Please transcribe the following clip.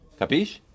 Capish